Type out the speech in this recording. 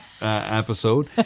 episode